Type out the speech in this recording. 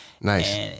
Nice